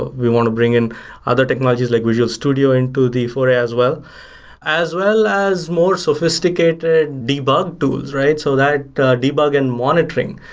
we want to bring in other technologies like visual studio into the foray as well as well as more sophisticated debug tools, right? so that debug and monitoring.